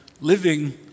living